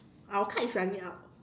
our card is running out